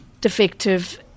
defective